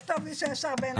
תכתוב איש הישר בעיניו יעשה.